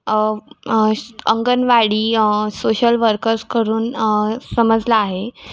anganwadi social वर्कर्सकडून समजलं आहे